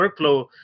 workflow